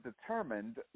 determined